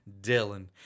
Dylan